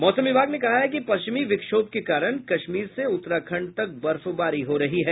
मौसम विभाग ने कहा है कि पश्चिमी विक्षोभ के कारण कश्मीर से उत्तराखंड तक बर्फबारी हो रही है